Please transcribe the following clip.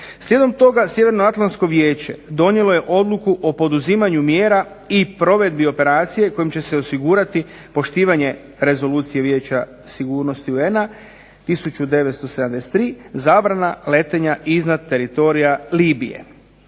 Slijedom toga sjevernoatlantsko vijeće donijelo je odluku o poduzimanju mjera i provedbi operacije kojom će se osigurati poštivanje Rezolucije Vijeća sigurnosti UN-a 1973, zabrana letenja iznad teritorija Libije.